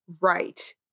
right